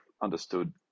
understood